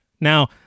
Now